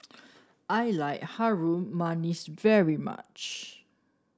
I like Harum Manis very much